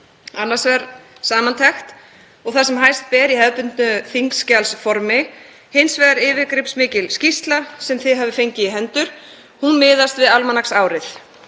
annars vegar samantekt og það sem hæst ber í hefðbundnu þingskjalsformi, hins vegar yfirgripsmikil skýrsla sem hv. þingmenn hafa fengið í hendur en hún miðast við almanaksárið.